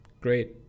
great